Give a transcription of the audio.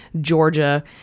Georgia